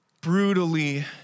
brutally